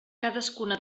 cadascuna